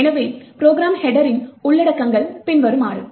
எனவே ப்ரோக்ராம் ஹெட்டரின் உள்ளடக்கங்கள் பின்வருமாறு